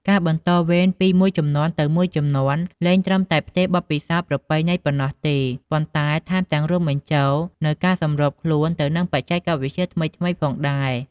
ការបន្តវេនពីមួយជំនាន់ទៅមួយជំនាន់លែងត្រឹមតែផ្ទេរបទពិសោធន៍ប្រពៃណីប៉ុណ្ណោះទេ ប៉ុន្តែថែមទាំងរួមបញ្ចូលនូវការសម្របខ្លួនទៅនឹងបច្ចេកវិទ្យាថ្មីៗផងដែរ។